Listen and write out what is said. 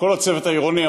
כל הצוות העירוני,